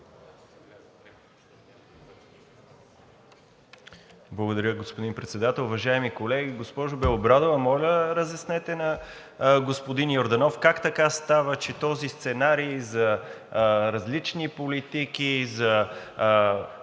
Благодаря, господин Председател. Уважаеми колеги! Госпожо Белобрадова, моля, разяснете на господин Йорданов как така става, че този специален за различни политики, за